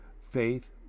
faith